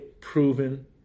proven